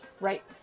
Right